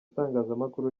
tangazamakuru